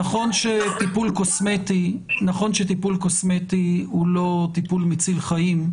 נכון שטיפול קוסמטי הוא לא טיפול מציל חיים,